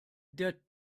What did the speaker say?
der